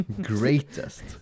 Greatest